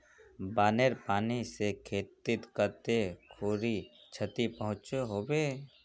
बानेर पानी से खेतीत कते खुरी क्षति पहुँचो होबे?